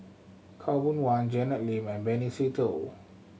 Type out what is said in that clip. Khaw Boon Wan Janet Lim and Benny Se Teo